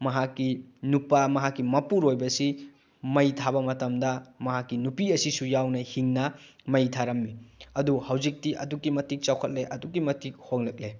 ꯃꯍꯥꯛꯀꯤ ꯅꯨꯄꯥ ꯃꯍꯥꯛꯀꯤ ꯃꯄꯨꯔꯣꯏꯕꯁꯤ ꯃꯩ ꯊꯥꯕ ꯃꯇꯝꯗ ꯃꯍꯥꯛꯀꯤ ꯅꯨꯄꯤ ꯑꯁꯤꯁꯨ ꯌꯥꯎꯅ ꯍꯤꯡꯅ ꯃꯩ ꯊꯥꯔꯝꯃꯤ ꯑꯗꯨ ꯍꯧꯖꯤꯛꯇꯤ ꯑꯗꯨꯛꯀꯤ ꯃꯇꯤꯛ ꯆꯥꯎꯈꯠꯂꯦ ꯑꯗꯨꯛꯀꯤ ꯃꯇꯤꯛ ꯍꯣꯡꯂꯛꯂꯦ